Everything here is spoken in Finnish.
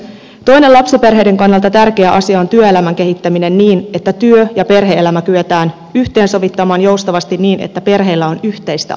toinen lapsiperheiden kannalta tärkeä asia on työelämän kehittäminen niin että työ ja perhe elämä kyetään yhteensovittamaan joustavasti niin että perheillä on yhteistä aikaa